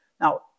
Now